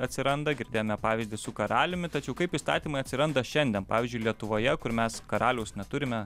atsiranda girdėjome pavyzdį su karaliumi tačiau kaip įstatymai atsiranda šiandien pavyzdžiui lietuvoje kur mes karaliaus neturime